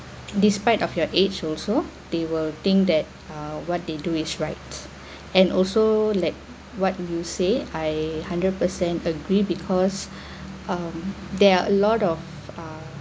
despite of your age also they will think that uh what they do is right and also like what you say I hundred percent agree because um there're a lot of uh